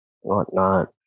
whatnot